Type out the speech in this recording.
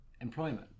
employment